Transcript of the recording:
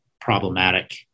problematic